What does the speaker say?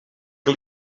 que